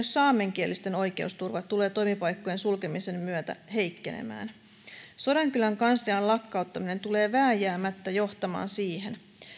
saamenkielisten oikeusturva tulee toimipaikkojen sulkemisen myötä heikkenemään sodankylän kanslian lakkauttaminen tulee vääjäämättä johtamaan siihen